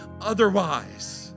otherwise